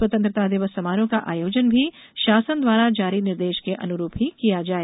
स्वतंत्रता दिवस समारोह का आयोजन भी शासन द्वारा जारी निर्देश के अनुरूप ही की जाए